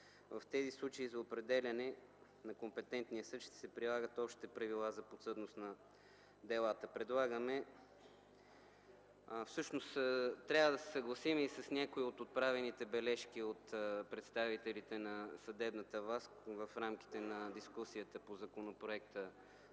В тези случаи за определяне на компетентния съд ще се прилагат общите правила за подсъдност на делата. Трябва да се съгласим и с някои от отправените бележки от представителите на съдебната власт в рамките на дискусията по законопроекта